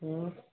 ହୁଁ